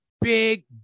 big